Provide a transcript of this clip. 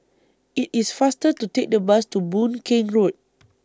IT IS faster to Take The Bus to Boon Keng Road